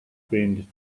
friend